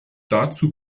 dazu